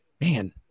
Man